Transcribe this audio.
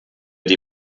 die